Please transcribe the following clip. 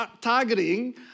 targeting